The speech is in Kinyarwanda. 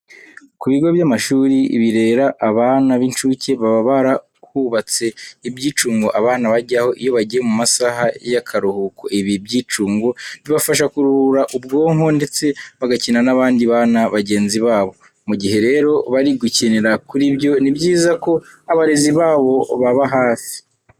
Ku bigo by'amashuri birera abana b'incuke baba barahubatse ibyicungo abana bajyaho iyo bagiye mu masaha y'akaruhuko. Ibi byicungo bibafasha kuruhura ubwonko ndetse bagakina n'abandi bana bagenzi babo. Mu gihe rero bari gukinira kuri byo, ni byiza ko abarezi babo baba hafi.